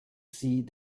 sie